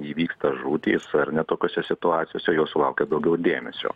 įvyksta žūtys ar ne tokiose situacijose jos sulaukia daugiau dėmesio